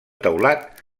teulat